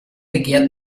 begehrt